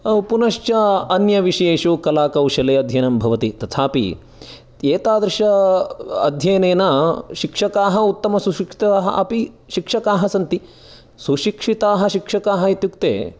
पुनश्च अन्य विषयेषु कलाकौशले अध्ययनं भवति तथापि एतादृश अध्ययनेन शिक्षकाः उत्तमसुशिक्षिताः अपि शिक्षकाः सन्ति सुशिक्षिताः शिक्षकाः इत्युक्ते